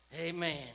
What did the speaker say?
Amen